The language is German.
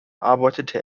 arbeitete